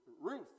Ruth